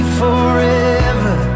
forever